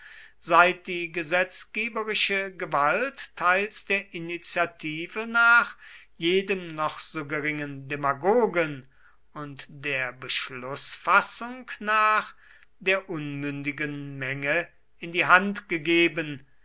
seit die gesetzgeberische gewalt teils der initiative nach jedem noch so geringen demagogen und der beschlußfassung nach der unmündigen menge in die hände gegeben